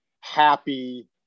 happy